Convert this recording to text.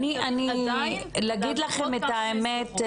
אבל עדיין --- לומר לך את האמת,